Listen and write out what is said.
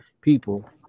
people